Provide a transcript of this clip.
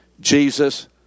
Jesus